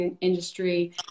industry